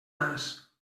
nas